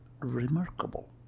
remarkable